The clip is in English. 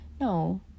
no